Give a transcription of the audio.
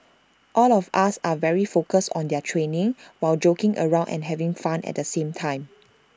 all of us are very focused on their training while joking around and having fun at the same time